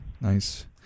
Nice